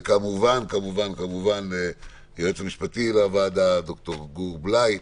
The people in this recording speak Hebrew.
וכמובן ליועץ המשפטי לוועדה, ד"ר גור בליי,